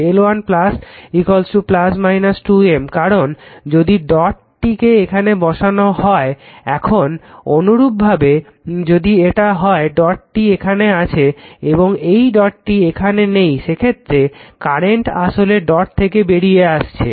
কারণ যদি ডটটিকে এখানে বসানো হয় এখন অনুরূপভাবে যদি এটা হয় ডটটি এখানে আছে এবং এই ডটটি এখানে নেই সেক্ষেত্রে কারেন্ট আসলে ডট থেকে বেরিয়ে আসবে